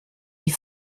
die